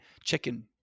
chicken